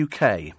UK